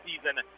season